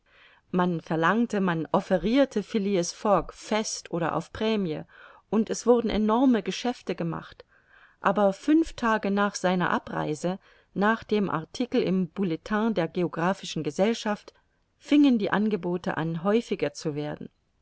man verlangte man offerirte phileas fogg fest oder auf prämie und es wurden enorme geschäfte gemacht aber fünf tage nach seiner abreise nach dem artikel im bulletin der geographischen gesellschaft singen die angebote an häufiger zu werden